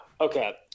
Okay